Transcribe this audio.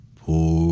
poor